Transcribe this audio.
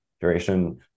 duration